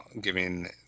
giving